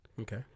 Okay